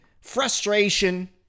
Frustration